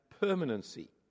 permanency